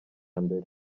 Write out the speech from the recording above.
mbere